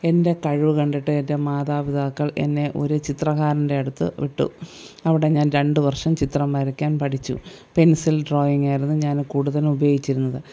എൻ്റെ കഴിവ് കണ്ടിട്ട് എൻ്റെ മാതാപിതാക്കൾ എന്നെ ഒരു ചിത്രകാരൻ്റെ അടുത്ത് വിട്ടു അവിടെ ഞാൻ രണ്ടു വർഷം ചിത്രം വരയ്ക്കാൻ പഠിച്ചു പെൻസിൽ ഡ്രോയിങ്ങ് ആയിരുന്നു ഞാൻ കൂടുതലും ഉപയോഗിച്ചിരുന്നത്